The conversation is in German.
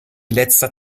letzter